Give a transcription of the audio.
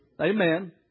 Amen